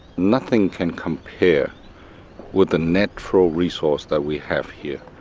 nothing can compare with the natural resource that we have here,